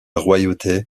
royauté